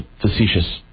facetious